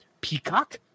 Peacock